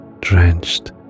drenched